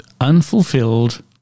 Unfulfilled